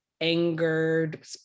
angered